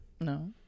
No